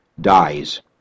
dies